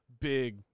big